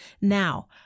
Now